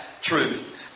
truth